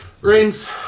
rains